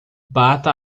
bata